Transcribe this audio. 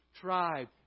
tribe